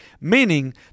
meaning